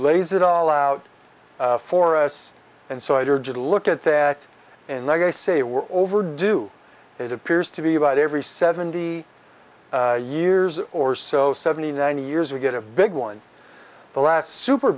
lays it all out for us and so i look at that and i say we're overdue it appears to be about every seventy years or so seventy nine years we get a big one the last super